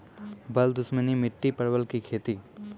बल दुश्मनी मिट्टी परवल की खेती?